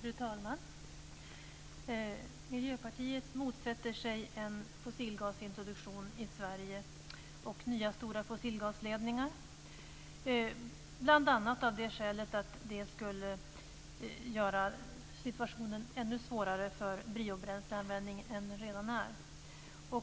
Fru talman! Miljöpartiet motsätter sig en fossilgasintroduktion i Sverige och nya stora fossilgasledningar bl.a. av det skälet att det skulle göra situationen för biobränsleanvändningen ännu svårare än vad den redan är.